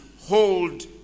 hold